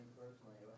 personally